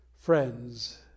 friends